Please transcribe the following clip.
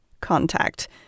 contact